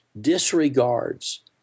disregards